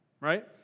right